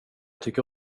tycker